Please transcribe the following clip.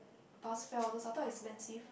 bus fare all those I thought I expensive